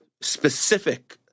specific